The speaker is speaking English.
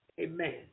Amen